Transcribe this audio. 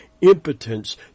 impotence